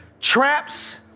Traps